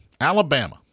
Alabama